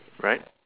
right